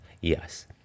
Yes